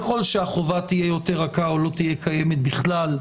ככל שהחובה תהיה יותר רכה או לא תהיה קיימת בכלל,